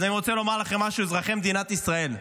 אז אני רוצה לומר לכם משהו: אזרחי מדינת ישראל,